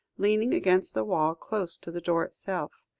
leaning against the wall close to the door itself.